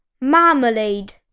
marmalade